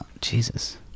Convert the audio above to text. Jesus